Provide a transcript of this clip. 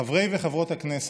חברי וחברות הכנסת,